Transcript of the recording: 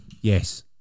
Yes